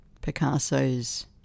Picasso's